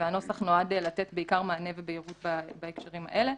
והנוסח נועד לתת בעיקר מענה ובהירות בהקשרים האלה.